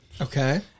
Okay